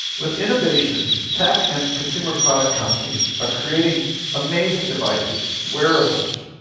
with innovation tech and consumer product companies are creating amazing devices, wearables,